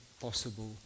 possible